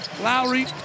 Lowry